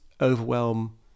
overwhelm